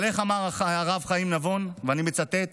אבל איך אמר הרב חיים נבון, ואני מצטט: